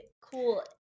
cool